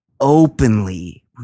openly